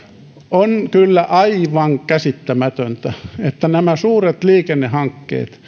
on kyllä aivan käsittämätöntä että nämä suuret liikennehankkeet